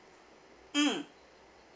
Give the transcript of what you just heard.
mm